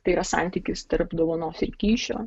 tai yra santykis tarp dovanos ir kyšio